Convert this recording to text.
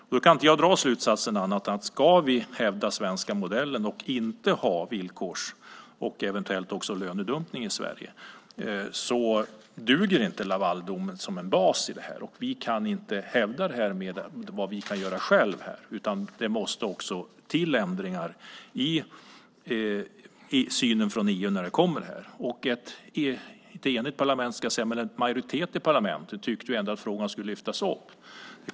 Jag kan inte dra någon annan slutsats än att om vi ska hävda den svenska modellen och inte ha villkors och eventuellt också lönedumpning i Sverige duger inte Lavaldomen som bas. Vi kan inte hävda vad vi kan göra själva här, utan det måste också till ändringar i EU:s syn på detta. En majoritet i parlamentet tyckte ju att frågan skulle lyftas upp.